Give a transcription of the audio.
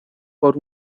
por